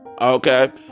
okay